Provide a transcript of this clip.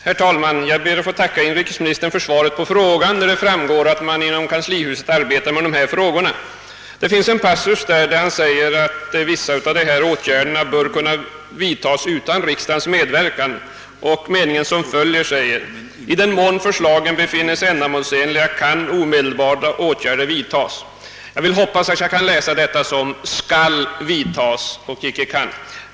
Herr talman! Jag ber att få tacka inrikesministern för svaret på min fråga, av vilket det framgår att man inom kanslihuset arbetar med dessa problem. I en passus säger statsrådet att vissa åtgärder bör kunna vidtas utan riksdagens medverkan. Meningen som följer lyder: »I den mån förslagen befinnes ändamålsenliga kan omedelbara åtgärder vidtas.» Jag hoppas att jag får läsa ordet »kan» som liktydigt med »skall».